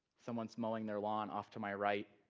someone is mowing their lawn off to my right,